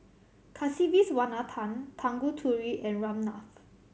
Kasiviswanathan Tanguturi and Ramnath